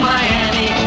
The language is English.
Miami